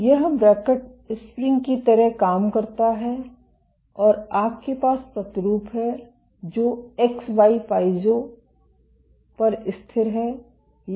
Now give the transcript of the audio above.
तो यह bracket spring की तरह काम करता है और आपके पास प्रतिरूप है जो एक्स वाई पाइज़ो पर स्थिर है